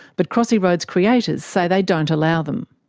but crossy road's creators say they don't allow them.